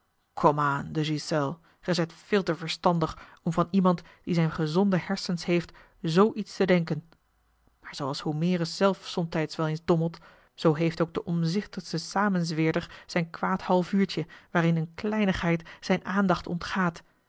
de ghiselles gij zijt veel te verstandig om van iemand die zijne gezonde hersens heeft zoo iets te denken maar zooals homerus zelf somtijds wel eens dommelt zoo heeft ook de omzichtigste samenzweerder zijn kwaad half uurtje waarin eene kleinigheid zijne aandacht ontgaat